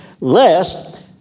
lest